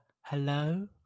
hello